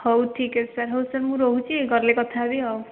ହଉ ଠିକ୍ ଅଛି ସାର୍ ହଉ ସାର୍ ମୁଁ ରହୁଛି ଗଲେ କଥା ହେବି ଆଉ